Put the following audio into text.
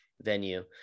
venue